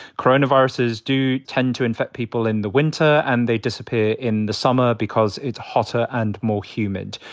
coronaviruses do tend to infect people in the winter, and they disappear in the summer because it's hotter and more humid.